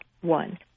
one